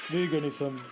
Veganism